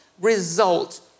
result